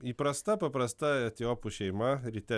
įprasta paprasta etiopų šeima ryte